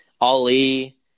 Ali